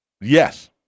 Yes